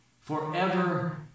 forever